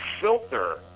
filter